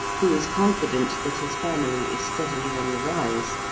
who is confident that his family is steadily on the rise,